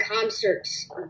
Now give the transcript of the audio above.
concerts